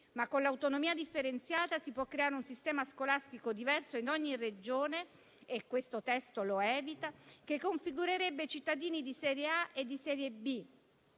Ma con l'autonomia differenziata si può creare un sistema scolastico diverso in ogni Regione - e questo testo lo evita - che configurerebbe cittadini di serie A e di serie B,